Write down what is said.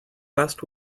last